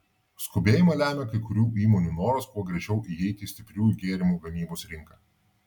skubėjimą lemia kai kurių įmonių noras kuo greičiau įeiti į stipriųjų gėrimų gamybos rinką